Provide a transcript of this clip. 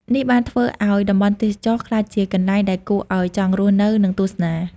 នេះបានធ្វើឱ្យតំបន់ទេសចរណ៍ក្លាយជាកន្លែងដែលគួរឱ្យចង់រស់នៅ និងទស្សនា។